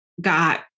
got